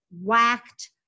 whacked